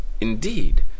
Indeed